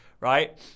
right